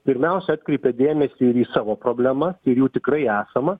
pirmiausia atkreipia dėmesį ir į savo problemas ir jų tikrai esama